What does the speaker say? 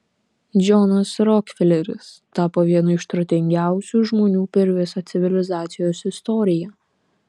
džonas rokfeleris tapo vienu iš turtingiausių žmonių per visą civilizacijos istoriją